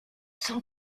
sans